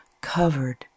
covered